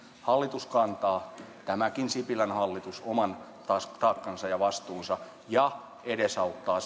hallitus kantaa tämäkin sipilän hallitus oman taakkansa ja vastuunsa ja edesauttaa